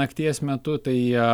nakties metu tai